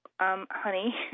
honey